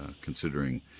considering